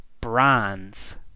bronze